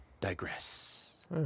digress